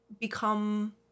become